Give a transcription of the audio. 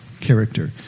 character